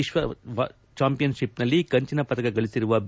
ವಿಶ್ವ ಚಾಂಪಿಯನ್ಶಿಪ್ನಲ್ಲಿ ಕಂಚಿನ ಪದಕ ಗಳಿಸಿರುವ ಬಿ